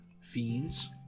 fiends